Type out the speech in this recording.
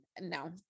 no